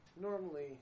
normally